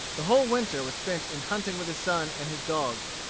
the whole winter was spent in hunting with his son and his dogs.